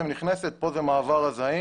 כאן זה מעבר א-זעים.